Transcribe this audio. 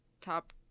top